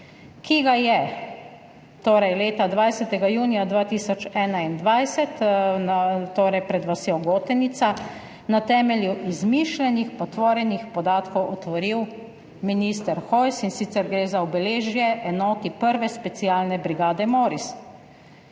ki ga je 20. junija 2021 pred vasjo Gotenica na temelju izmišljenih, potvorjenih podatkov otvoril minister Hojs, in sicer gre za obeležje enoti I. specialne brigade MORiS,